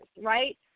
right